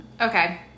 okay